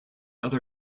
other